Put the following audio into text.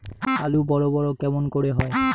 আলু বড় বড় কেমন করে হয়?